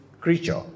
creature